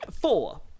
Four